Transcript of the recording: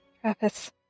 Travis